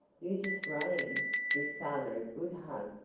you just run in, give father a good hug,